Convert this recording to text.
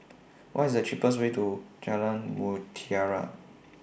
What IS The cheapest Way to Jalan Mutiara